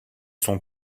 sont